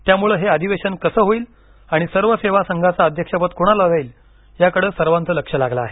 त्यामुळे हे अधिवेशन कसं होईल आणि सर्व सेवा संघाचं अध्यक्षपद कुणाला जाईल याकडे सर्वांच लक्ष लागले आहे